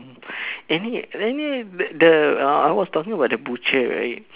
mm any any the uh I was talking about the butcher right